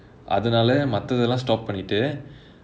அதுனாலே மத்ததை எல்லாம்:athunaalae matthathai ellaam stop பண்ணிட்டு:pannittu